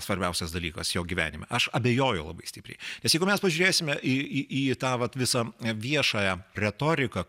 svarbiausias dalykas jo gyvenime aš abejoju labai stipriai nes jeigu mes pažiūrėsime į į į tą vat visą viešąją retoriką